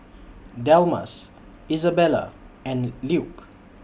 Delmas Isabella and Luke